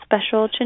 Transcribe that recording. special